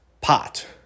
pot